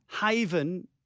haven